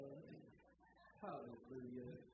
Hallelujah